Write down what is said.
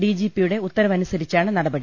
ഡിജിപിയുടെ ഉത്തരവനുസരിച്ചാണ് നടപടി